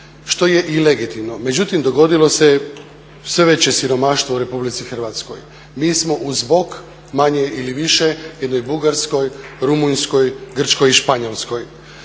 što je i legitimno, međutim dogodilo se sve veće siromaštvo u Republici Hrvatskoj. Mi smo uz bok manje ili više jednoj Bugarskoj, Rumunjskoj, Grčkoj i Španjolskoj.